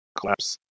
collapse